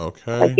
Okay